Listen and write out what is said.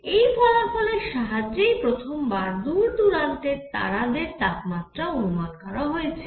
এই ফলাফলের সাহায্যেই প্রথম বার দূর দূরান্তের তারাদের তাপমাত্রা অনুমান করা হয়েছিল